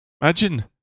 Imagine